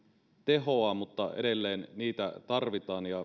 tehoaan mutta edelleen niitä tarvitaan